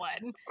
one